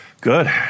Good